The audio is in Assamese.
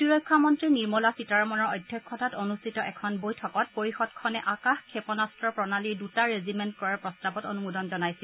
প্ৰতিৰক্ষা মন্ত্ৰী নিৰ্মলা সীতাৰমনৰ অধ্যক্ষতাত অনুষ্ঠিত এখন বৈঠকত পৰিষদখনে আকাশ ক্ষেপনাস্ত্ৰ প্ৰণালীৰ দুটা ৰেজিমেণ্ট ক্ৰয়ৰ প্ৰস্তাৱত অনুমোদন জনাইছিল